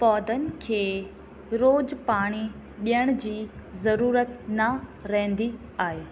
पौधनि खे रोज़ु पाणी ॾियण जी ज़रूरत न रहंदी आहे